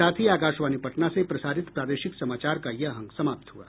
इसके साथ ही आकाशवाणी पटना से प्रसारित प्रादेशिक समाचार का ये अंक समाप्त हुआ